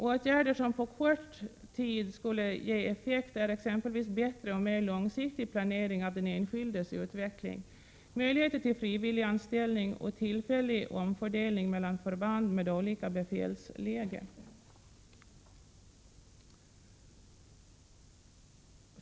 Åtgärder som på kort tid skulle ge effekt är exempelvis bättre och mer långsiktig planering av den enskildes utveckling, möjligheter till frivilliganställning och tillfällig omfördelning mellan förband med olika befälsläge. Herr talman!